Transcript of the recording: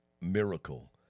miracle